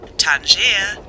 Tangier